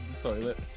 toilet